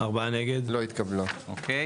הצבעה בעד